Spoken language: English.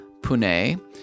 Pune